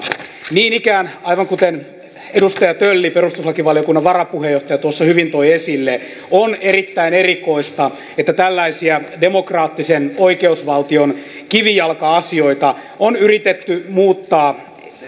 niin ikään aivan kuten edustaja tölli perustuslakivaliokunnan varapuheenjohtaja tuossa hyvin toi esille on erittäin erikoista että tällaisia demokraattisen oikeusvaltion kivijalka asioita on yritetty muuttaa